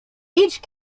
each